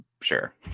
sure